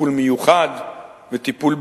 טיפול מיוחד וטיפול בסיסי,